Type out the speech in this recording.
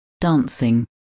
Dancing